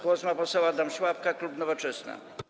Głos ma poseł Adam Szłapka, klub Nowoczesna.